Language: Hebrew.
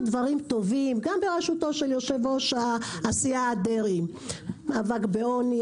דברים טובים גם בראשותו של יושב-ראש הסיעה דרעי כמו מאבק בעוני,